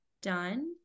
done